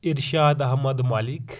Irshad Ahmad Malik